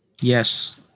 Yes